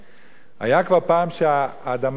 היתה כבר פעם שהאדמה רעדה.